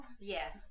Yes